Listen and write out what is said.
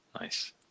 Nice